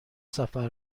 سفر